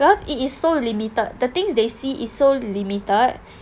because it is so limited the things they see is so limited